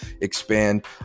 expand